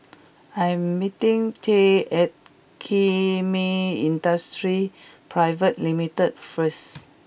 I am meeting Tyree at Kemin Industries Pte Ltd first